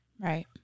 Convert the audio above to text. Right